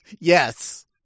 Yes